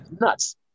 Nuts